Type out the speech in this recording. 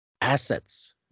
assets